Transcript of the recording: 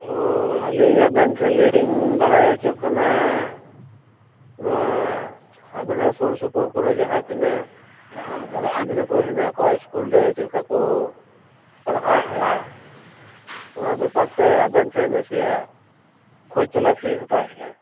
ᱛᱚ ᱟᱹᱞᱤᱧ ᱟᱵᱮᱱ ᱴᱷᱮᱱ ᱞᱤᱧ ᱵᱟᱲᱟᱭ ᱚᱪᱚᱜ ᱠᱟᱱᱟ ᱱᱚᱣᱟ ᱟᱵᱮᱱᱟᱜ ᱥᱩᱨ ᱥᱩᱯᱩᱨ ᱠᱚᱨᱮ ᱡᱟᱦᱟᱸ ᱛᱤᱱᱟᱹᱜ ᱜᱤᱫᱽᱨᱟᱹ ᱠᱚ ᱦᱮᱱᱟᱜ ᱠᱚᱣᱟ ᱤᱥᱠᱩᱞ ᱨᱮ ᱪᱮᱫ ᱞᱮᱠᱟ ᱠᱚ ᱯᱟᱲᱦᱟᱣᱮᱫᱼᱟ ᱚᱱᱟ ᱵᱮᱯᱟᱨ ᱛᱮ ᱟᱵᱮᱱ ᱴᱷᱮᱱ ᱱᱟᱥᱮᱭᱟᱜ ᱠᱷᱚᱡᱽ ᱛᱚᱞᱟᱥ ᱞᱤᱧ ᱦᱟᱛᱟᱣᱮᱫᱼᱟ